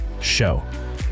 show